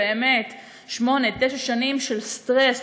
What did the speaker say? שמונה-תשע שנים של סטרס,